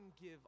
give